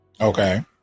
Okay